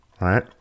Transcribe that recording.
right